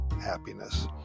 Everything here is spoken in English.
happiness